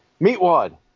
Meatwad